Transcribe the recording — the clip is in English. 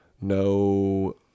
no